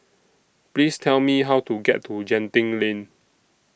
Please Tell Me How to get to Genting Lane